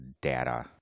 data